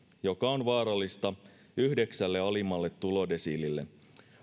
joka on vaarallista yhdeksälle alimmalle tulodesiilille